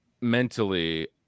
mentally